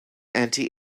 anti